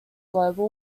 global